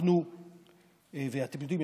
אתם יודעים,